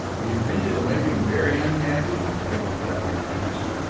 do you think it will make him very unhappy? lady clavering asked.